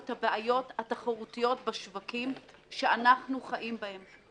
משנה את העולם שבו אנחנו חיים מדי יום.